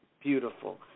beautiful